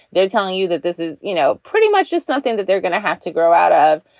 they're telling you that this is you know pretty much just something that they're going to have to grow out of.